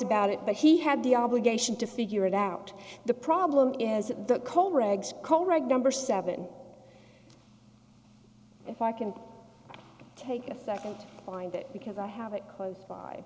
about it but he had the obligation to figure it out the problem is that the coal rigs coal reg number seven if i can take a second behind it because i have it close by